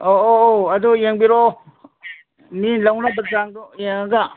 ꯑꯧ ꯑꯧ ꯑꯧ ꯑꯗꯨ ꯌꯦꯡꯕꯤꯔꯛꯑꯣ ꯃꯤ ꯂꯧꯅꯕꯆꯥꯡꯗꯣ ꯌꯦꯡꯉꯒ